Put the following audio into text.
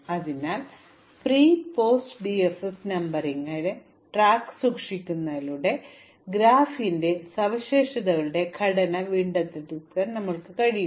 അതിനാൽ pre post DFS നമ്പറിംഗിന്റെ track സൂക്ഷിക്കുന്നതിലൂടെ ഗ്രാഫിന്റെ സവിശേഷതകളുടെ ഘടന വീണ്ടെടുക്കാൻ ഞങ്ങൾക്ക് കഴിയും